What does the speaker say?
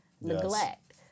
neglect